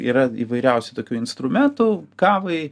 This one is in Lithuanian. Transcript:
yra įvairiausių tokių instrumentų kavai